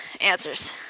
answers